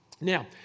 Now